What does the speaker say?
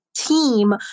team